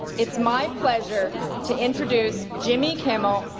it's my pleasure to introduce jimmy kimmel,